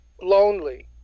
lonely